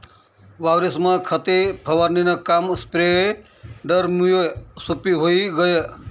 वावरेस्मा खते फवारणीनं काम स्प्रेडरमुये सोप्पं व्हयी गय